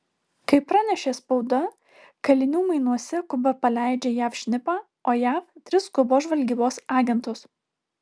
kaip pranešė spauda kalinių mainuose kuba paleidžia jav šnipą o jav tris kubos žvalgybos agentus